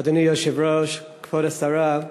אדוני היושב-ראש, כבוד השרה,